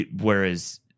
whereas